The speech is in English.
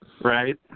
Right